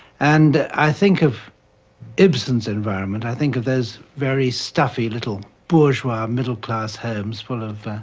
and i think of ibsen's environment. i think of those very stuffy little bourgeois, middle-class homes full of